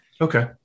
Okay